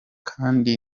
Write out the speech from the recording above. kandi